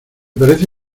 parece